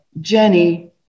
Jenny